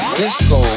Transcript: disco